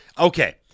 Okay